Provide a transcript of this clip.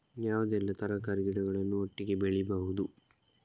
ಯಾವುದೆಲ್ಲ ತರಕಾರಿ ಗಿಡಗಳನ್ನು ಒಟ್ಟಿಗೆ ಬೆಳಿಬಹುದು?